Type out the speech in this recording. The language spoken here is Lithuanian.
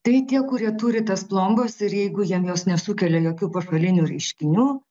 tai tie kurie turi tas plombas ir jeigu jam jos nesukelia jokių pašalinių reiškinių